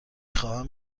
خواهم